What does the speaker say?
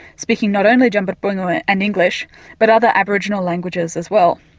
speaking not only djambarrpuyngu and english but other aboriginal languages as well.